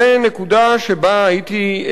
ונקודה שבה הייתי,